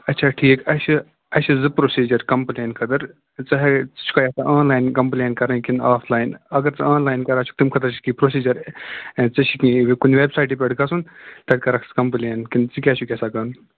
اَچھا ٹھیٖک اَسہِ چھِ اَسہِ چھِ زٕ پرٛوسیٖجَر کَمپلین خٲطر ژٕ ہٮ۪کَکھ آن لاین کَمپلین کَرٕنۍ کِنہٕ آف لاین اگر ژٕ آن لاین کَرکھ ژٕ چھُکھ تَمہِ خٲطر چھِ کیٚنٛہہ پرٛوسیٖجَر ژےٚ چھُکھ کُنہِ ویٚب سایٹہِ پٮ۪ٹھ گَژھُن تَتہِ کَرَکھ ژٕ کَمپلین کِنہ ژٕ کیٛاہ چھُکھ یَژھان کَرُن